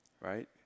right